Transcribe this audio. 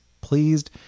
pleased